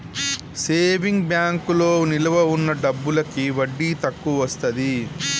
saving బ్యాంకులో నిలవ ఉన్న డబ్బులకి వడ్డీ తక్కువొస్తది